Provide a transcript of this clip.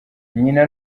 nyina